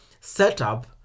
setup